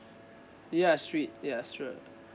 ya sweet ya sure